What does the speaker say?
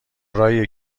راهیه